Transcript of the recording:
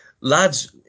Lads